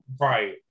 right